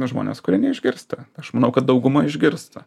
nu žmonės kurie neišgirsta aš manau kad dauguma išgirsta